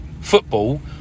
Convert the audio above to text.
football